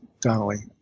Donnelly